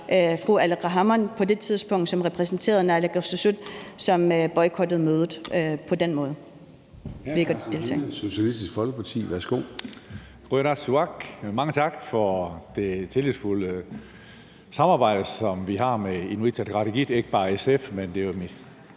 fru Aleqa Hammond, som på det tidspunkt repræsenterede naalakkersuisut, som boykottede mødet på den måde,